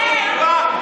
את, כן.